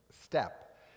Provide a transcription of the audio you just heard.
step